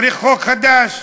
צריך חוק חדש.